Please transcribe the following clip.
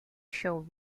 show